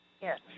Yes